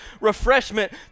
refreshment